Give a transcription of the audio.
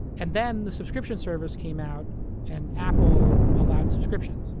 and then, the subscription service came out and apple allowed subscriptions.